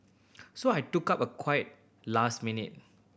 so I took up a quite last minute